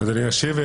אני אשיב.